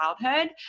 childhood